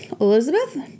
Elizabeth